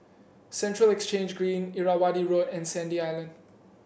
Central Exchange Green Irrawaddy Road and Sandy Island